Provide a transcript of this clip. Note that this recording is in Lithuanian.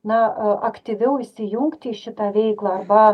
na a aktyviau įsijungti į šitą veiklą arba